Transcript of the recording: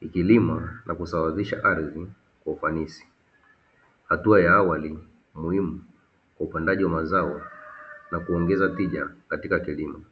ikilima na kusawazisha ardhi kwa ufanisi. Hatua ya awali muhimu kwa upandaji wa mazao na kuongeza tija katika kilimo.